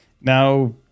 Now